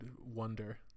wonder